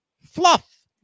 Fluff